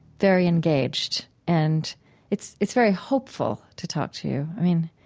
very engaged and it's it's very hopeful to talk to you. i mean,